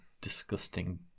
disgusting